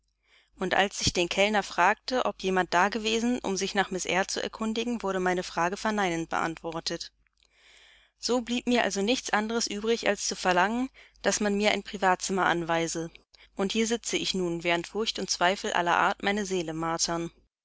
und als ich den kellner fragte ob jemand da gewesen um sich nach miß eyre zu erkundigen wurde meine frage verneinend beantwortet so blieb mir also nichts anderes übrig als zu verlangen daß man mir ein privatzimmer anweise und hier sitze ich nun während furcht und zweifel aller art meine seele martern